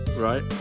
right